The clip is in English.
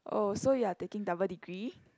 oh so you are taking double degree